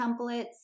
templates